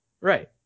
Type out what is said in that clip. Right